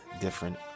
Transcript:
different